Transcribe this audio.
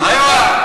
(אומר בערבית: